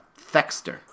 Thexter